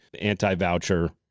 anti-voucher